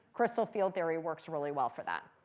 crystal field theory works really well for that.